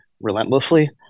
relentlessly